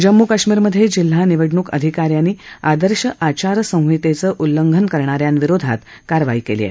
जम्मू कश्मीरमधे जिल्हा निवडणूक अधिका यांनी आदर्श आचार संहितेचं उल्लंघन करणा यांविरोधात कारवाई केली आहे